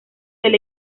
del